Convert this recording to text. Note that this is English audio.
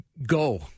Go